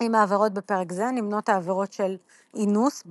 עם העבירות בפרק זה נמנות העבירות של אינוס,